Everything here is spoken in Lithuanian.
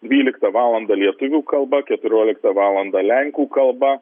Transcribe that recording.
dvyliktą valandą lietuvių kalba keturioliktą valandą lenkų kalba